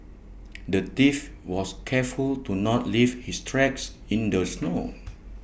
the thief was careful to not leave his tracks in the snow